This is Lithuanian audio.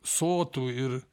sotų ir